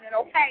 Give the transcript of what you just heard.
okay